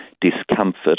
discomfort